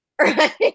right